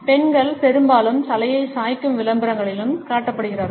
பெண்கள் பெரும்பாலும் தலையை சாய்க்கும் விளம்பரங்களிலும் காட்டப்படுகிறார்கள்